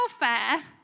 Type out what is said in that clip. welfare